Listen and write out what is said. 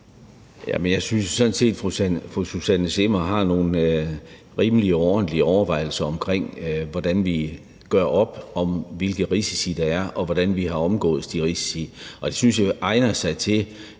set, at fru Susanne Zimmer har nogle rimelige og ordentlige overvejelser om, hvordan vi gør op, hvilke risici der er, og hvordan vi har omgåedes de risici, og det synes jeg egner sig til,